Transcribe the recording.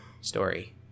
story